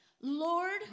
Lord